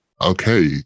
okay